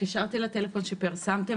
התקשרתי לטלפון שפרסמתם,